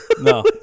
No